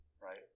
right